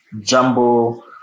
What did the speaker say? jumbo